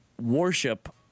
worship